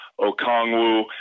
okongwu